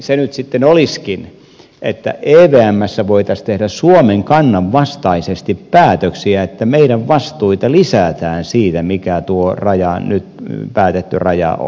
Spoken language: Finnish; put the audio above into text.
se nyt sitten olisikin että evmssä voitaisiin tehdä suomen kannan vastaisesti päätöksiä että meidän vastuitamme lisätään siitä mikä nyt päätetty raja on